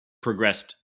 progressed